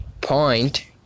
point